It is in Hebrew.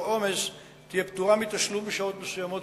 עומס תהיה פטורה מתשלום בשעות מסוימות,